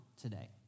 today